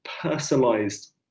personalized